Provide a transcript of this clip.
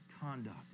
conduct